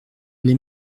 les